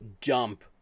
jump